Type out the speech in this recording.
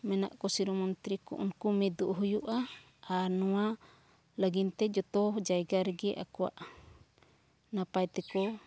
ᱢᱮᱱᱟᱜ ᱠᱚ ᱥᱤᱨᱟᱹ ᱢᱚᱱᱛᱨᱤ ᱠᱚ ᱩᱱᱠᱩ ᱢᱤᱫᱚᱜ ᱦᱩᱭᱩᱜᱼᱟ ᱟᱨ ᱱᱚᱣᱟ ᱞᱟᱹᱜᱤᱫ ᱛᱮ ᱡᱚᱛᱚ ᱡᱟᱭᱜᱟ ᱨᱮᱜᱮ ᱟᱠᱚᱣᱟᱜ ᱱᱟᱯᱟᱭ ᱛᱮᱠᱚ